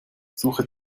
suche